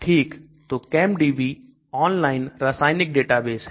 ठीक तो ChemDB online रसायनिक डेटाबेस है